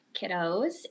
kiddos